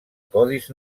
codis